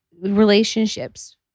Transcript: relationships